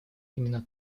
именно